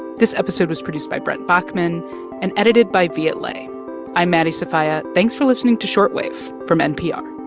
this episode was produced by brent baughman and edited by viet le i'm maddie sofia. thanks for listening to short wave from npr